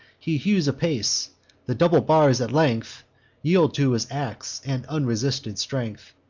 he hews apace the double bars at length yield to his ax and unresisted strength.